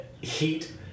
heat